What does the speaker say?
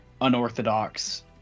unorthodox